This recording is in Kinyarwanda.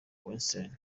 weinstein